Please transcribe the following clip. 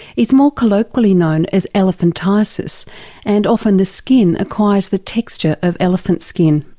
it's more colloquially known as elephantiasis and often the skin acquires the texture of elephant skin.